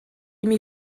imi